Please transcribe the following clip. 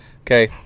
okay